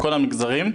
מכל המגזרים.